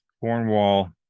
Cornwall